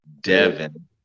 Devin